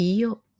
Io